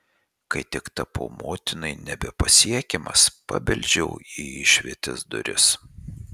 kai tik tapau motinai nebepasiekiamas pabeldžiau į išvietės duris